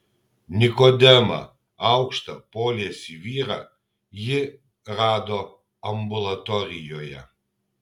nikodemą aukštą poliesį vyrą ji rado ambulatorijoje